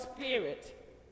spirit